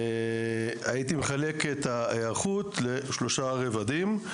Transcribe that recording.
הייתי מחלק את ההיערכות לשלושה רבדים.